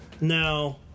now